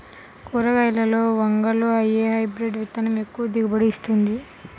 కూరగాయలలో వంగలో ఏ హైబ్రిడ్ విత్తనం ఎక్కువ దిగుబడిని ఇస్తుంది?